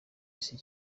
isi